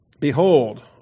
Behold